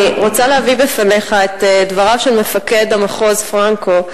אני רוצה להביא בפניך את דבריו של מפקד המחוז פרנקו,